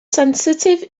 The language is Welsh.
sensitif